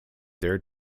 there